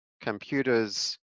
computers